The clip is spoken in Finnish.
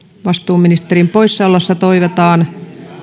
vastuuministerin poissa ollessa toivotaan